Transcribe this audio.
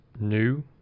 new